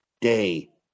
day